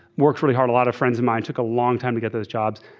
worked really hard. a lot of friends of mine took a long time to get those jobs,